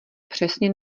přesně